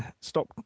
stop